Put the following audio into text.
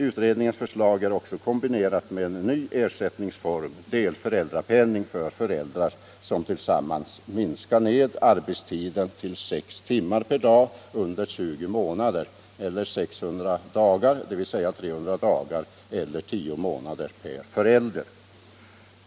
Utredningens förslag är också kombinerat med en ny ersättningsform, delföräldrapenning för föräldrar som tillsammans minskar ned arbetstiden till sex timmar per dag under 20 månader eller 600 dagar, dvs. 300 dagar eller tio månader per förälder.